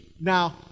Now